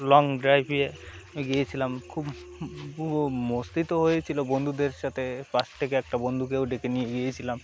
long ড্রাইভে গিয়েছিলাম খুব মস্তি তো হয়েছিলো বন্ধুদের সাথে পাশ থেকে একটা বন্ধুকেও ডেকে নিয়ে গিয়েছিলাম